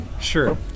Sure